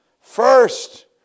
first